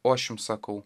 o aš jums sakau